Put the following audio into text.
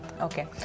Okay